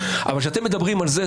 אבל שאתם מדברים על זה,